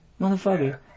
motherfucker